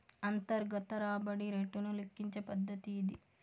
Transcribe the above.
అంతర్గత రాబడి రేటును లెక్కించే పద్దతి ఇది